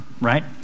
right